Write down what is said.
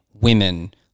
women